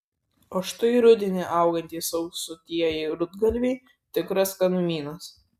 o štai rudenį augantys auksuotieji rudgalviai tikras skanumynas